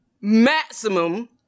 maximum